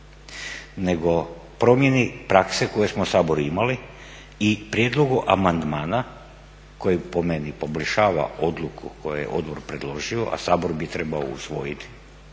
nego promjeni prakse koje smo u Saboru imali i prijedlogu amandmana koji po meni poboljšava odluku koju je odbor predložio, a Sabor bi trebao usvojiti.